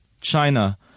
China